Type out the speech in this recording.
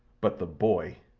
but the boy!